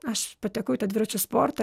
aš patekau į tą dviračių sportą